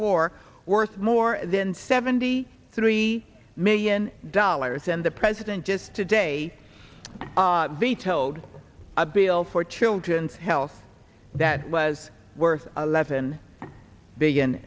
four worth more than seventy three million dollars and the president just today vetoed a bill for children's health that was worth a leaven billion